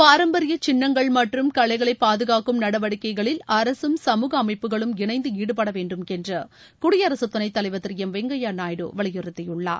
பாரம்பரிய சின்னங்கள் மற்றும் கலைகளை பாதுகாக்கும் நடவடிக்கைகளில் அரசும் சமூக அமைப்புகளும் இணைந்து ஈடுபட வேண்டும் என்று குடியரசு துணைத் தலைவர் திரு எம் வெங்கய்யா நாயுடு வலியுறுத்தியுள்ளார்